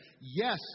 Yes